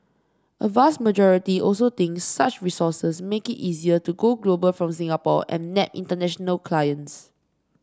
a vast majority also thinks such resources make it easier to go global from Singapore and nab international clients